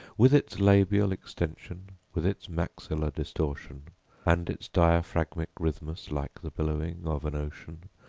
with its labial extension, with its maxillar distortion and its diaphragmic rhythmus like the billowing of an ocean,